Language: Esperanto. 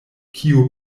kiu